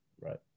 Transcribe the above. Right